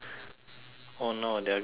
oh no they're going to lock us